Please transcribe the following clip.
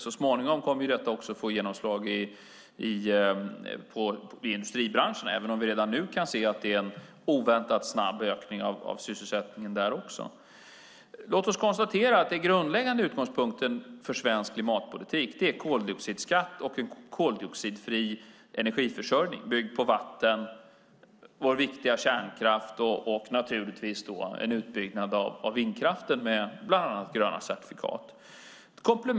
Så småningom kommer detta också att få genomslag i industribranschen, även om vi redan nu kan se att det är en oväntat snabb ökning av sysselsättningen där också. Låt oss konstatera att den grundläggande utgångspunkten för svensk klimatpolitik är koldioxidskatt och en koldioxidfri energiförsörjning byggd på vatten, vår viktiga kärnkraft och naturligtvis en utbyggnad av vindkraften med bland annat gröna certifikat.